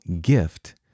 gift